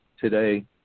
today